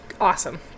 Awesome